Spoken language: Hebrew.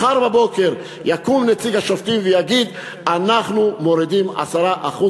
מחר בבוקר יקום נציג השופטים ויגיד: אנחנו מורידים 10%